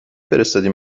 فرستادی